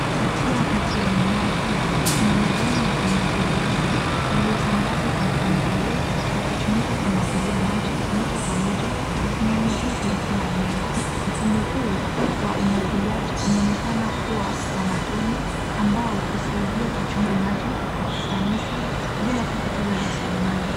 Kupitia kati ya mimea hii, kuna mabomba ya umwagiliaji yaliyo sambazwa kwa mpangilio, yakitumika kumwagilia maji moja kwa moja kwenye mizizi ya kila mmea. Mfumo huu wa umwagiliaji unaonekana kuwa wa matone ambao husaidia kutumia maji kwa ufanisi bila kupoteza rasilimali.